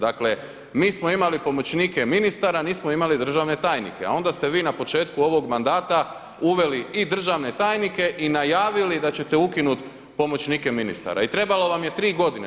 Dakle, mi smo imali pomoćnike ministara nismo imali državne tajnike, a onda ste vi na početku ovog mandata uveli i državne tajnike i najavili da ćete ukinut pomoćnike ministara i trebalo vam je 3 godine.